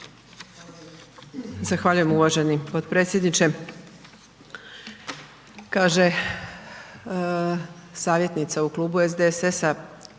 Zahvaljujem uvaženi potpredsjedniče. Kaže savjetnica u klubu SDSS-a,